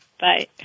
Bye